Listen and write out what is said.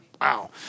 wow